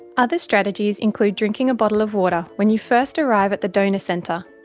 other strategies include drinking a bottle of water when you first arrive at the donor centre,